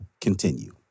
continue